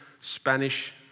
Spanish